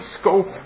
scope